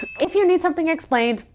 if you need something explained,